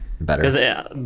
better